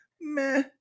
meh